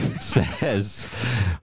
says